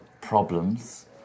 problems